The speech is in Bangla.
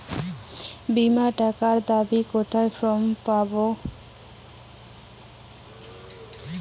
বীমার টাকা দাবি করার ফর্ম আমি কোথায় পাব?